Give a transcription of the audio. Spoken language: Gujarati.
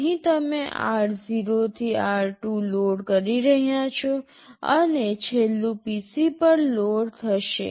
અહીં તમે r0 થી r2 લોડ કરી રહ્યાં છો અને છેલ્લું PC પર લોડ થશે